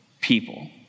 people